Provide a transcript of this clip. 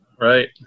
Right